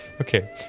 Okay